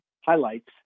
highlights